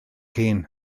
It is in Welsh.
hun